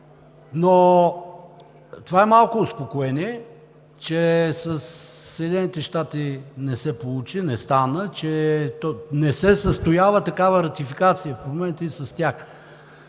Това е малко успокоение, че със Съединените щати не се получи, не стана, че не се е състояла такава ратификация в момента и с тях.